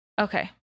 Okay